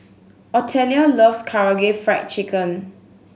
Otelia loves Karaage Fried Chicken